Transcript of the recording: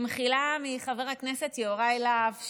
במחילה מחבר הכנסת יוראי להב,